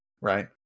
Right